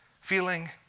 feeling